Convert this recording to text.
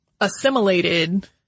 assimilated